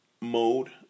mode